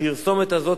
הפרסומת הזאת,